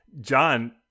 John